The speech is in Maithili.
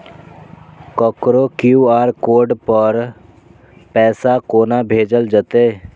ककरो क्यू.आर कोड पर पैसा कोना भेजल जेतै?